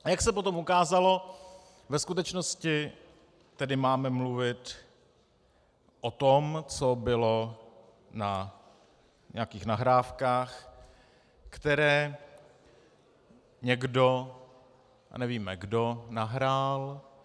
A jak se potom ukázalo, ve skutečnosti tedy máme mluvit o tom, co bylo na nějakých nahrávkách, které někdo, a nevíme kdo, nahrál.